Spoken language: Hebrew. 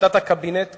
החלטת הקבינט קשה,